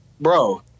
Bro